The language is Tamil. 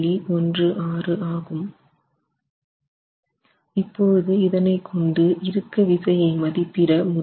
16 ஆகும் இப்பொழுது இதனை கொண்டு இறுக்க விசையை மதிப்பிட முடியும்